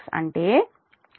7 అది 0